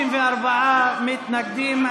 64 מתנגדים.